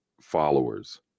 followers